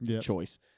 choice